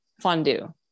fondue